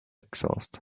exhaust